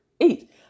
eight